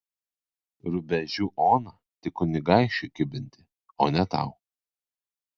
rubežių oną tik kunigaikščiui kibinti o ne tau